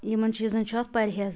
یمن چیٖزن چھُ اتھ پرہیز